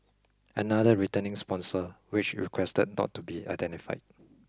another returning sponsor which requested not to be identified